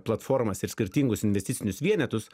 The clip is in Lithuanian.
platformas ir skirtingus investicinius vienetus